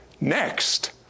next